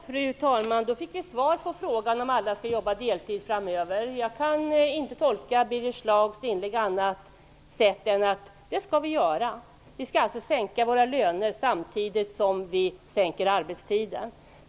Fru talman! Vi fick svar på frågan om alla skall jobba deltid framöver. Jag kan inte tolka Birger Schlaugs inlägg på annat sätt än att vi skall det. Vi skall sänka våra löner samtidigt som vi sänker arbetstiden.